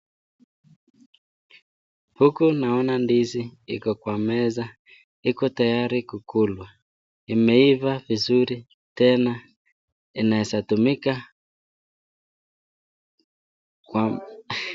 Huku naona ndizi iko kwa meza, iko tayari kukulwa, imeiva vizuri tena inaeza tumika kwa....